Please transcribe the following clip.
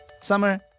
Summer